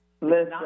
listen